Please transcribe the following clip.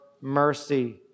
mercy